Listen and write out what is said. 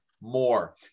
more